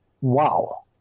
wow